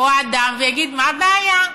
או האדם ויגיד: מה הבעיה?